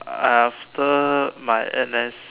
after my N_S